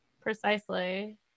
Precisely